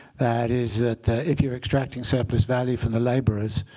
that is that if you're extracting surplus value from the laborers,